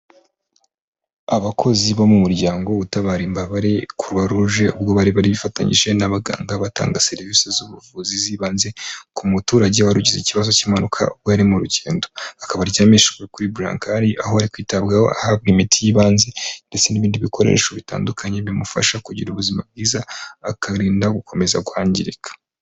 Abakozi bo mu muryango utabara imbabare Croix Rouge, ubwo bari barifatanyije n'abaganga batanga serivisi z'ubuvuzi zibanze, ku muturage wari ugize ikibazo k'impanuka ubwo yari mu urugendo, akaba aryamishijwe kuri burankari, aho ari kwitabwaho ahabwa imiti y'ibanze ndetse n'ibindi bikoresho bitandukanye bimufasha kugira ubuzima bwiza, akarinda gukomeza kwangirika.